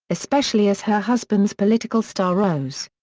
especially as her husband's political star rose.